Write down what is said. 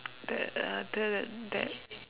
that other that